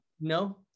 No